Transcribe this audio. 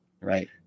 right